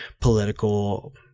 political